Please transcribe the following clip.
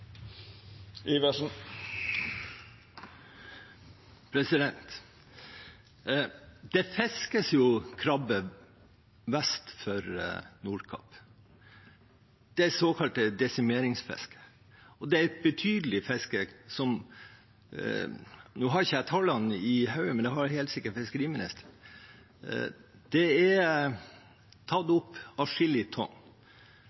Det fiskes jo krabbe vest for Nordkapp – det såkalte desimeringsfisket. Det er et betydelig fiske – nå har jeg ikke tallene i hodet, men det har helt sikkert fiskeriministeren. Det er tatt